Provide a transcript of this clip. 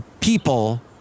people